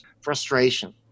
frustration